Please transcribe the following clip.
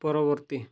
ପରବର୍ତ୍ତୀ